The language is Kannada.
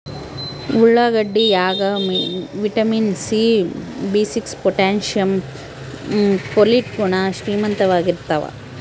ಉಳ್ಳಾಗಡ್ಡಿ ಯಾಗ ವಿಟಮಿನ್ ಸಿ ಬಿಸಿಕ್ಸ್ ಪೊಟಾಶಿಯಂ ಪೊಲಿಟ್ ಗುಣ ಶ್ರೀಮಂತವಾಗಿರ್ತಾವ